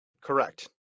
Correct